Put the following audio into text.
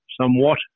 Somewhat